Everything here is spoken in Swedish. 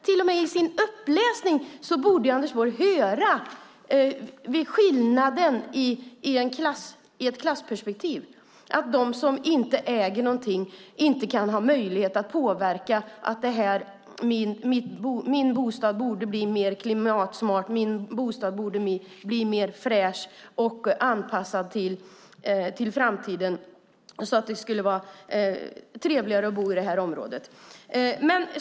Till och med i sin uppläsning borde Anders Borg höra skillnaden ur ett klassperspektiv. Om man inte äger någonting har man inte möjlighet att påverka sin bostad så att den blir klimatsmartare, fräschare och anpassad till framtiden och så att det blir trevligare att bo i området.